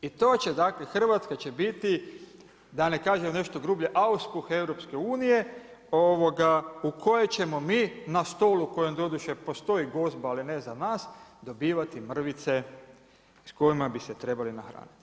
I to će dakle Hrvatska će biti da ne kažem nešto grublje, auspuh EH u kojoj ćemo mi na stolu u kojem doduše postoji gozba, ali ne za nas dobivati mrvice s kojima bi se trebali nahraniti.